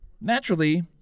naturally